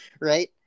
Right